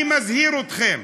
אני מזהיר אתכם.